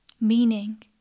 meaning